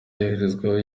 yoherezwa